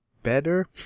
Better